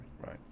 right